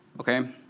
okay